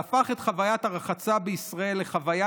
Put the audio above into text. והוא הפך את חוויית הרחצה בישראל לחוויה